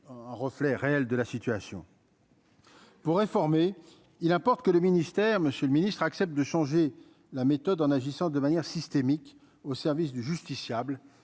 un reflet réel de la situation. Pour réformer, il importe que le ministère Monsieur le ministre accepte de changer la méthode en agissant de manière systémique au service du justiciable